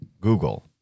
Google